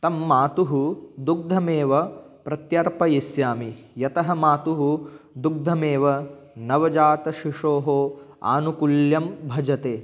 तं मातुः दुग्धमेव प्रत्यर्पयिष्यामि यतः मातुः दुग्धमेव नवजातशिशोः आनुकूल्यं भजते